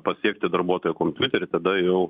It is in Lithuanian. pasiekti darbuotojo kompiuterį tada jau